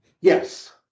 Yes